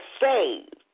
saved